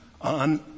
on